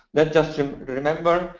let's just um remember,